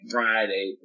Friday